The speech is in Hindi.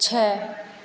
छः